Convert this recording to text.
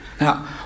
Now